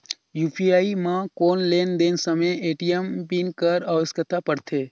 UPI म कौन लेन देन समय ए.टी.एम पिन कर आवश्यकता पड़थे?